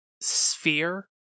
sphere